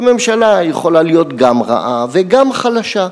שממשלה יכולה להיות גם רעה וגם חלשה,